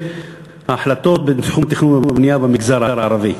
ההחלטות בתחום התכנון והבנייה במגזר הערבי.